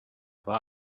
war